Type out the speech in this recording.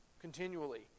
continually